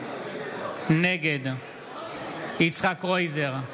נגד יצחק קרויזר,